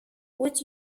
would